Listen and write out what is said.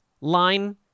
line